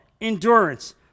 endurance